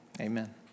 Amen